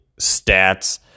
stats